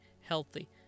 healthy